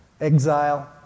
exile